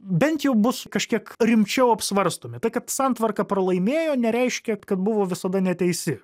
bent jau bus kažkiek rimčiau apsvarstomi tai kad santvarka pralaimėjo nereiškia kad buvo visada neteisi